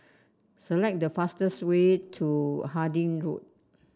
select the fastest way to Harding Road